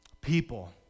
People